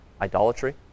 idolatry